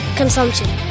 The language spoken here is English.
consumption